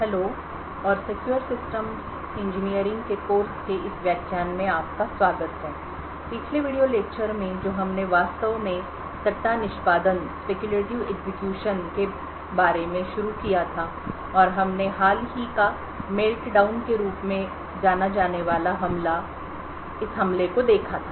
hello और secure systems engineering के course के इस व्याख्यान में आपका स्वागत है पिछले वीडियो लेक्चर में जो हमने वास्तव में सट्टा निष्पादन के बारे में शुरू किया था और हमने हाल ही का Meltdown के रूप में जाना जाने वाला हमला इस हमले को देखा था